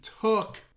took